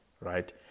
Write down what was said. right